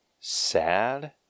sad